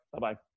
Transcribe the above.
Bye-bye